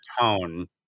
tone